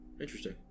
interesting